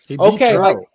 Okay